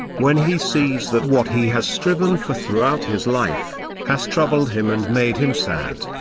when he sees that what he has striven for throughout his life, has troubled him and made him sad,